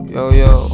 Yo-yo